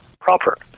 proper